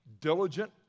diligent